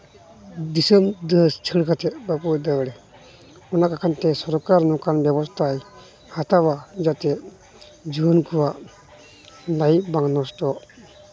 ᱫᱤᱥᱚᱢ ᱫᱮᱥ ᱪᱷᱟᱹᱲ ᱠᱟᱛᱮᱫ ᱵᱟᱠᱚ ᱫᱟᱹᱲ ᱚᱱᱟᱠᱚ ᱠᱟᱨᱚᱱ ᱛᱮ ᱥᱚᱨᱠᱟᱨ ᱱᱚᱝᱠᱟᱱ ᱵᱮᱵᱚᱥᱛᱷᱟᱭ ᱦᱟᱛᱟᱣᱟ ᱡᱟᱛᱮ ᱡᱩᱣᱟᱹᱱ ᱠᱚᱣᱟᱜ ᱞᱟᱭᱤᱯᱷ ᱵᱟᱝ ᱱᱚᱥᱴᱚᱜ